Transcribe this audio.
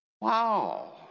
Wow